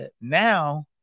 Now